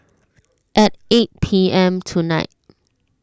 at eight P M tonight